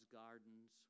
gardens